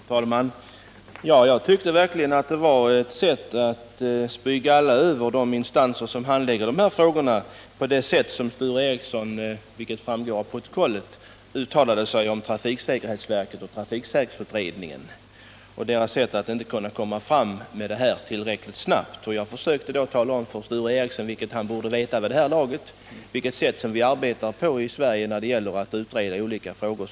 Herr talman! Jag tycker verkligen att Sture Ericsons sätt att uttala sig om trafiksäkerhetsverket och trafiksäkerhetsutredningen och dess oförmåga att komma fram med materialet tillräckligt snabbt var att spy galla. Detta framgår också av protokollet. Jag försökte att tala om för Sture Ericson, vilket han borde veta vid det här laget, hur vi i Sverige arbetar när vi utreder olika frågor.